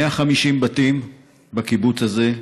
150 בתים בקיבוץ הזה,